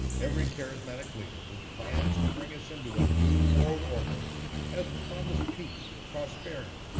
every charismatic leader with plans to bring us into a new world order has promised peace, prosperity,